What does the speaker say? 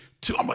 two